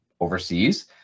overseas